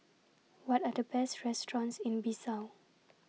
What Are The Best restaurants in Bissau